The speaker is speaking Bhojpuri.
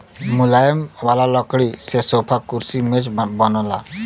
मुलायम वाला लकड़ी से सोफा, कुर्सी, मेज बनला